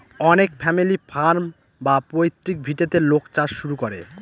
অনেক family farm বা পৈতৃক ভিটেতে লোক চাষ শুরু করে